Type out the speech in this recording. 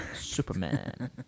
Superman